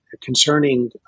concerning